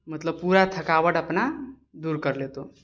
मतलब पूरा थकावट अपना दूर कऽ लेतौ